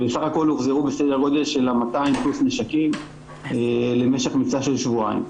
בסך הכל הוחזרו בסדר גודל של ה-200 פלוס נשקים במשך מבצע של שבועיים.